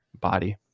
body